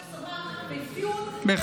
זה חוסך לנו בוועדת השמה ובאפיון, בהחלט.